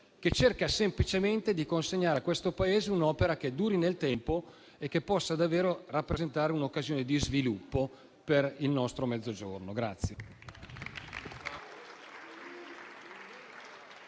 che cerca semplicemente di consegnare al Paese un'opera che duri nel tempo e che possa davvero rappresentare un'occasione di sviluppo per il nostro Mezzogiorno.